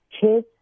kids